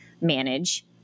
manage